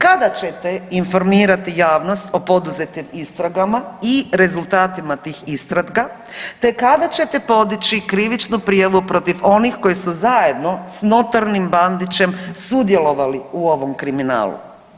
Kada ćete informirati javnost o poduzetim istragama i rezultatima tih istraga te kada ćete podići krivičnu prijavu protiv onih koji su zajedno s notornim Bandićem sudjelovali u ovom kriminalu?